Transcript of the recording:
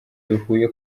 duhuye